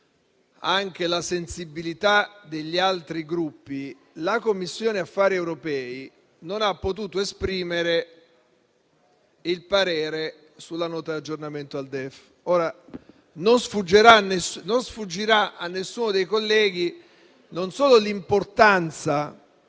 anche la sensibilità degli altri Gruppi, che la Commissione affari europei non ha potuto esprimere il parere sulla Nota d'aggiornamento al DEF. Non sfuggirà a nessuno dei colleghi non solo l'importanza